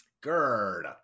Gerd